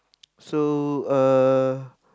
so uh